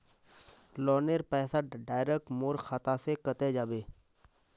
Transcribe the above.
लोनेर पैसा डायरक मोर खाता से कते जाबे?